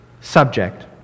subject